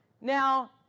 Now